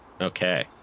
Okay